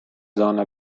zona